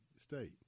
state